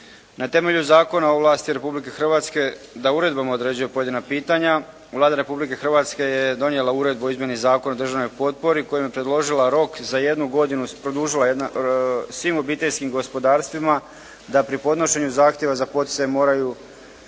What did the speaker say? Na temelju zakona o ovlasti Republike Hrvatske da uredbama uređuje pojedina pitanja, Vlada Republike Hrvatske je donijela Uredbu o izmjeni Zakona o državnoj potpori kojim je predložila rok za jednu godinu, produžila je svim obiteljskim gospodarstvima da pri podnošenju zahtjeva za poticaje moraju